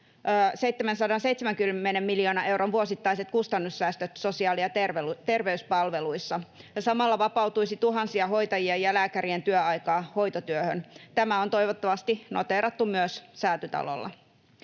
770 miljoonan euron vuosittaiset kustannussäästöt sosiaali- ja terveyspalveluissa, ja samalla vapautuisi tuhansien hoitajien ja lääkärien työaikaa hoitotyöhön. Tämä on toivottavasti noteerattu myös Säätytalolla.